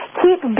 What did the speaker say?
keep